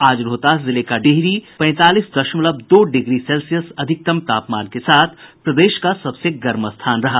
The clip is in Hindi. आज रोहतास जिले के डिहरी पैंतालीस दशमलव दो डिग्री सेल्सियस अधिकतम तापमान के साथ प्रदेश का सबसे गर्म स्थान रहा